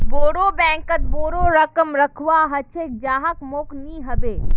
बोरो बैंकत बोरो रकम रखवा ह छेक जहात मोक नइ ह बे